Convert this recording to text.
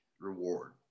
reward